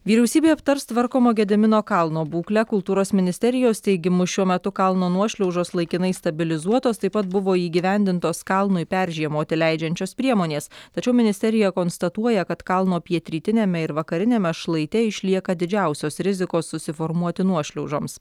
vyriausybė aptars tvarkomo gedimino kalno būklę kultūros ministerijos teigimu šiuo metu kalno nuošliaužos laikinai stabilizuotos taip pat buvo įgyvendintos kalnui peržiemoti leidžiančios priemonės tačiau ministerija konstatuoja kad kalno pietrytiniame ir vakariniame šlaite išlieka didžiausios rizikos susiformuoti nuošliaužoms